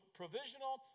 provisional